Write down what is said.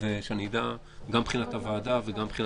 שאדע גם מבחינת הוועדה וגם מבחינת הסתייגויות.